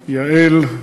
יעל,